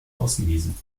ausgewiesen